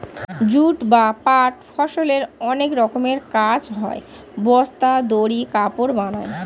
jute বা পাট ফসলের অনেক রকমের কাজ হয়, বস্তা, দড়ি, কাপড় বানায়